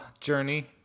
journey